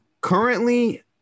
currently